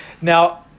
Now